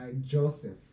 joseph